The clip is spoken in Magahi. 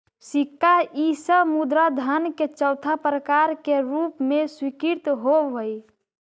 सिक्का इ सब मुद्रा धन के चौथा प्रकार के रूप में स्वीकृत होवऽ हई